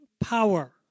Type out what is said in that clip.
power